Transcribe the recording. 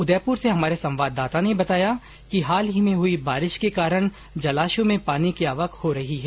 उदयपुर से हमारे संवाददाता ने बताया कि हाल ही में हुई बारिश के कारण जलाशयों में पानी की आवक हो रही है